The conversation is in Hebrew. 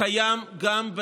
הוא קיים גם,